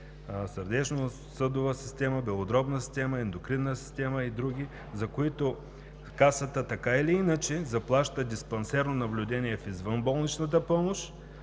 сърдечносъдова система, белодробна система, ендокринна система и други, за които Касата, така или иначе, заплаща диспансерно наблюдение в извънболничната помощ,